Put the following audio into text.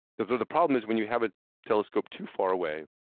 the the problem is, when you have a telescope too far away,